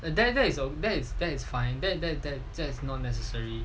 there there is a that it's fine that that that that is not necessary